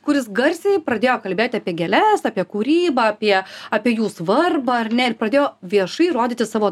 kuris garsiai pradėjo kalbėti apie gėles apie kūrybą apie apie jų svarbą ar ne ir pradėjo viešai rodyti savo